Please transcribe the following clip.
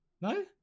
No